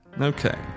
Okay